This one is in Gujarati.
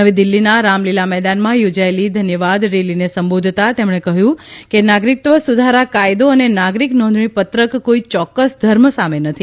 નવી દિલ્હીના રામલીલા મેદાનમાં યોજાયેલી ધન્યવાદ રેલીને સંબોધતા તેમણે કહ્યું કે નાગરિકત્વ સુધારા કાયદો અને નાગરીક નોંધણીપત્રક કોઇ ચોકકસ ધર્મ સામે નથી